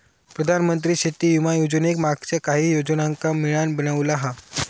प्रधानमंत्री शेती विमा योजनेक मागच्या काहि योजनांका मिळान बनवला हा